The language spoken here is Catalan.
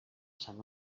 sant